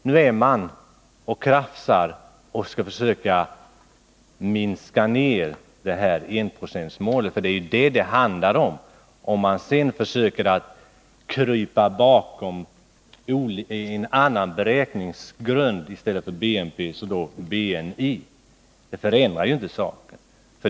Ändå är man redan framme och krafsar på biståndet och vill minska enprocentsmålet — för det är vad det handlar om, fast man försöker krypa bakom en annan beräkningsgrund, BNI i stället för BNP.